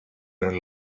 are